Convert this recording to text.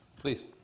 Please